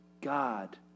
God